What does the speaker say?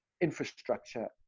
infrastructure